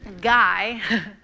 Guy